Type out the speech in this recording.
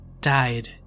died